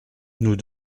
nous